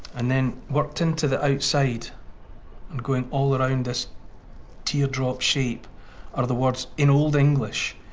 and then worked into the outside and going all around this teardrop shape are the words, in old english,